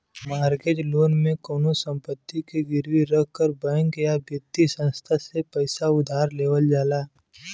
mortgage loan में कउनो संपत्ति के गिरवी रखकर बैंक या वित्तीय संस्थान से पैसा उधार लेवल जाला